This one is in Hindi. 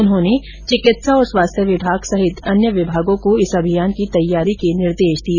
उन्होंने चिकित्सा और स्वास्थ्य विभाग सहित अन्य विभागों को इस अभियान की तैयारी करने के निर्देश दिए